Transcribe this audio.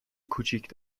کوچیک